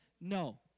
No